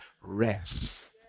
rest